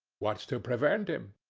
what's to prevent him?